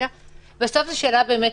בסוף זו שאלה פרשנית.